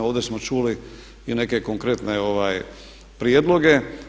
Ovdje smo čuli i neke konkretne prijedloge.